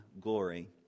glory